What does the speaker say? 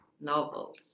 novels